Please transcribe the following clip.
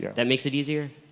yeah that makes it easier.